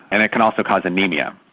and it can also cause anaemia.